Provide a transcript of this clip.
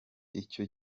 icyo